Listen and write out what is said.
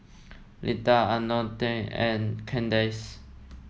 Leta Antone and Kandace